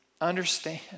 understand